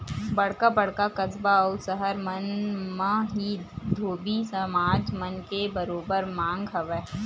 बड़का बड़का कस्बा अउ सहर मन म ही धोबी समाज मन के बरोबर मांग हवय